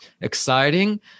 exciting